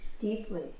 deeply